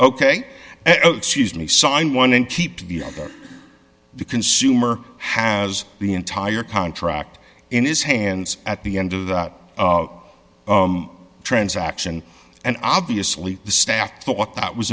ok excuse me sign one and keep the consumer has the entire contract in his hands at the end of the transaction and obviously the staff thought that was